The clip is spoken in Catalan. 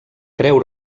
creu